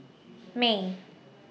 May